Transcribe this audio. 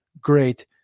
great